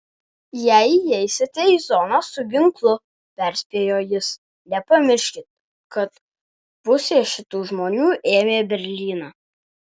jei įeisite į zoną su ginklu perspėjo jis nepamirškit kad pusė šitų žmonių ėmė berlyną